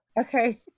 Okay